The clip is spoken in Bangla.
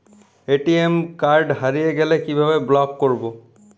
এ.টি.এম কার্ড হারিয়ে গেলে কিভাবে ব্লক করবো?